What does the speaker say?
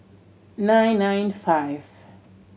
nine nine five